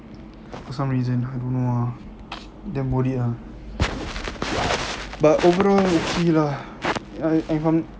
for some reason I don't know ah damn worried ah but overall okay lah I I